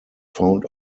found